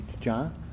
John